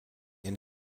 and